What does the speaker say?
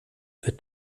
wird